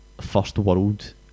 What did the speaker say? first-world